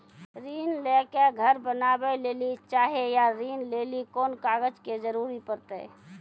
ऋण ले के घर बनावे लेली चाहे या ऋण लेली कोन कागज के जरूरी परतै?